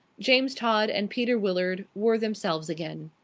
james todd and peter willard were themselves again.